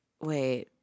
Wait